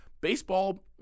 Baseball